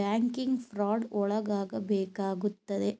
banking fraud ಒಳಗಾಗಬೇಕಾಗುತ್ತದೆ